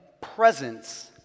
presence